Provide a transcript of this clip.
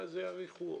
ואז יאריכו,